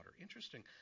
Interesting